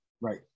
Right